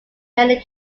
many